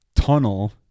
tunnel